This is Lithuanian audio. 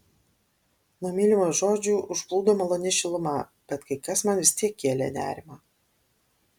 nuo mylimojo žodžių užplūdo maloni šiluma bet kai kas man vis tiek kėlė nerimą